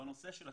בנושא של השחרור,